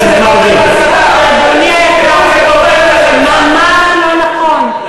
אדוני היקר, ממש לא נכון,